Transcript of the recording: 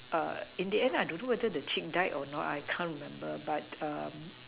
err in the end I don't know whether the chick died or not I can't remember but um